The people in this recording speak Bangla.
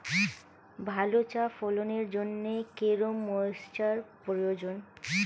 ভালো চা ফলনের জন্য কেরম ময়স্চার প্রয়োজন?